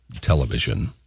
Television